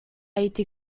été